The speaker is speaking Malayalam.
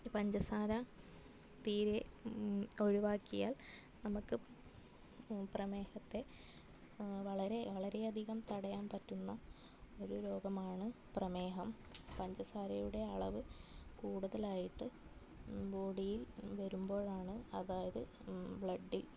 പഞ്ചസാര തീരെ ഒഴിവാക്കിയാൽ നമുക്ക് പ്രമേഹത്തെ വളരെ വളരെയധികം തടയാൻ പറ്റുന്ന ഒരു രോഗമാണ് പ്രമേഹം പഞ്ചസാരയുടെ അളവ് കൂടുതലായിട്ട് ബോഡിയിൽ വരുമ്പോഴാണ് അതായത് ബ്ലഡിൽ